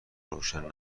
روشن